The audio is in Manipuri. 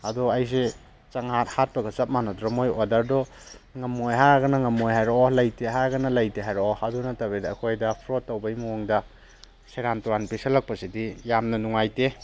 ꯑꯗꯣ ꯑꯩꯁꯦ ꯆꯪꯍꯥꯠ ꯍꯥꯠꯄꯒ ꯆꯞ ꯃꯥꯅꯗ꯭ꯔꯣ ꯃꯣꯏ ꯑꯣꯔꯗꯔꯗꯣ ꯉꯝꯃꯣꯏ ꯍꯥꯏꯔꯒꯅ ꯉꯝꯃꯣꯏ ꯍꯥꯏꯔꯛꯑꯣ ꯂꯩꯇꯦ ꯍꯥꯏꯔꯒꯅ ꯂꯩꯇꯦ ꯍꯥꯏꯔꯛꯑꯣ ꯑꯗꯨ ꯅꯠꯇꯕꯤꯗ ꯑꯩꯈꯣꯏꯗ ꯐ꯭ꯔꯣꯠ ꯇꯧꯕꯒꯤ ꯃꯑꯣꯡꯗ ꯁꯦꯔꯥꯟ ꯇꯨꯔꯥꯟ ꯄꯤꯁꯤꯜꯂꯛꯄꯁꯤꯗꯤ ꯌꯥꯝꯅ ꯅꯨꯉꯥꯏꯇꯦ